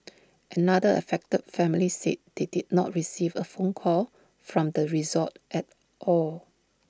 another affected family said they did not receive A phone call from the resort at all